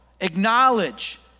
acknowledge